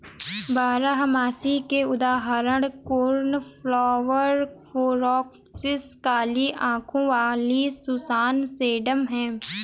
बारहमासी के उदाहरण कोर्नफ्लॉवर, कोरॉप्सिस, काली आंखों वाली सुसान, सेडम हैं